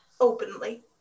Openly